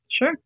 Sure